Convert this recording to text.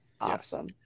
Awesome